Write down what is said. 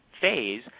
phase